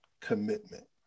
commitment